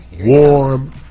warm